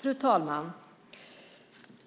Fru talman!